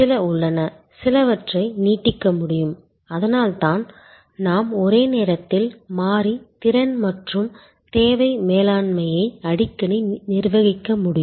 சில உள்ளன சிலவற்றை நீட்டிக்க முடியும் அதனால்தான் நாம் ஒரே நேரத்தில் மாறி திறன் மற்றும் தேவை மேலாண்மையை அடிக்கடி நிர்வகிக்க வேண்டும்